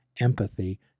empathy